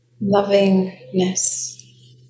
Lovingness